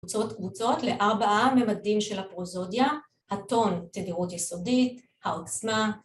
קבוצות קבוצות לארבעה ממדים של הפרוזודיה, הטון, תדירות יסודית, העוצמה